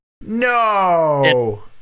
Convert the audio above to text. No